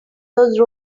those